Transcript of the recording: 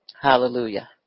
Hallelujah